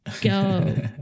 go